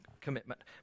commitment